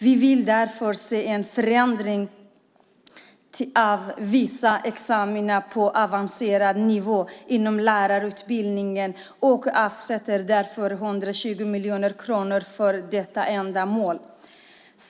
Vi vill därför se en förlängning av vissa examina på avancerad nivå inom lärarutbildningen och avsätter 120 miljoner kronor för detta ändamål.